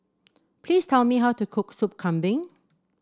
please tell me how to cook Sup Kambing